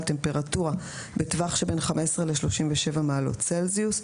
טמפרטורה בטווח שבין 15 ל-37 מעלות צלזיוס.